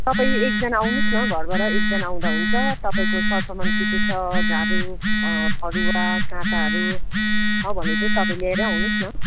तपाई एकजना आउनुहोस् न घरबाट एकजना आउँदा हुन्छ तपाईँको सरसामान के के छ झाडु फरुवा काँटाहरू छ भने चाहिँ तपाईँ लिएरै आउनुहोस् न